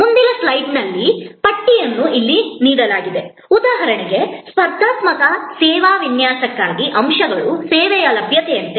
ಮುಂದಿನ ಸ್ಲೈಡ್ನಲ್ಲಿ ಪಟ್ಟಿಯನ್ನು ಇಲ್ಲಿ ನೀಡಲಾಗಿದೆ ಉದಾಹರಣೆಗೆ ಸ್ಪರ್ಧಾತ್ಮಕ ಸೇವಾ ವಿನ್ಯಾಸಕ್ಕಾಗಿ ಅಂಶಗಳು ಸೇವೆಯ ಲಭ್ಯತೆಯಂತೆ